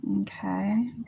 Okay